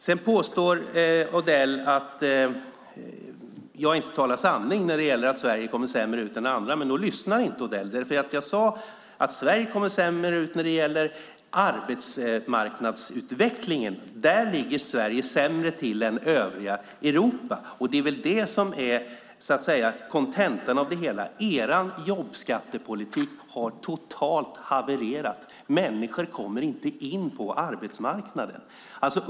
Odell påstår att jag inte talar sanning när det gäller att Sverige kommer sämre ut än andra, men då lyssnar inte Odell. Jag sade att Sverige kommer sämre ut än andra när det gäller arbetsmarknadsutvecklingen. Där ligger Sverige sämre till än övriga Europa. Det är det som är kontentan av det hela. Er jobbskattepolitik har totalt havererat. Människor kommer inte in på arbetsmarknaden.